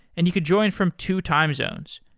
and you could join from two time zones,